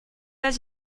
pas